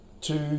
two